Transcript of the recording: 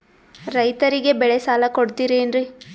ರೈತರಿಗೆ ಬೆಳೆ ಸಾಲ ಕೊಡ್ತಿರೇನ್ರಿ?